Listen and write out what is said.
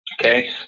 Okay